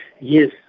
yes